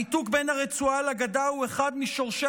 הניתוק בין הרצועה לגדה הוא אחד משורשי